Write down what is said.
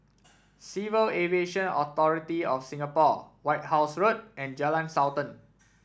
Civil Aviation Authority of Singapore White House Road and Jalan Sultan